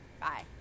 Bye